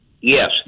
Yes